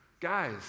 guys